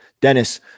dennis